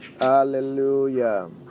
hallelujah